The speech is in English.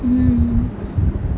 mm